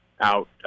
out